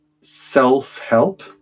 self-help